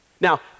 Now